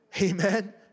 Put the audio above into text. Amen